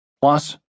Plus